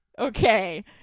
Okay